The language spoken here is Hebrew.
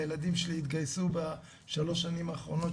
הילדים שלי התגייסו בשלוש השנים האחרונות,